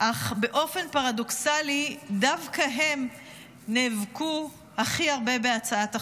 אך באופן פרדוקסלי דווקא הם נאבקו הכי הרבה בהצעת החוק.